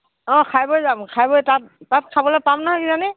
অঁ খাই বৈ যাম খাই বৈ তাত তাত খাবলৈ পাম নহয় কিজানি